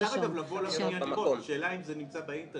לא, אפשר לבוא למקום, השאלה אם זה נמצא באינטרנט.